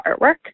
artwork